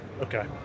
okay